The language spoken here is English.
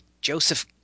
Joseph